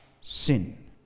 sin